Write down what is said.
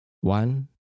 One